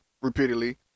repeatedly